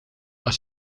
als